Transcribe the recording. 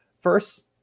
First